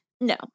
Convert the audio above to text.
No